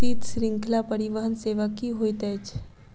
शीत श्रृंखला परिवहन सेवा की होइत अछि?